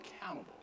accountable